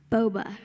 Boba